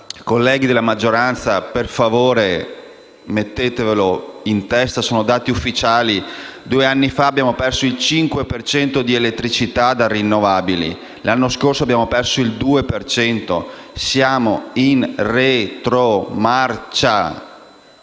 Colleghi della maggioranza, per favore mettetevelo in testa. Sono dati ufficiali: due anni fa abbiamo perso il 5 per cento di elettricità da rinnovabili e l'anno scorso il 2 per cento. Siamo in retromarcia,